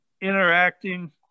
interacting